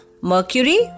Mercury